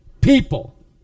people